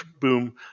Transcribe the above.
boom